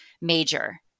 major